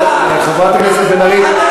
חברת הכנסת בן ארי,